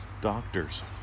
doctor's